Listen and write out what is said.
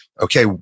okay